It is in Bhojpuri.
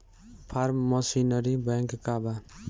फार्म मशीनरी बैंक का बा?